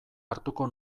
hartuko